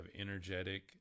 energetic